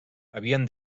havien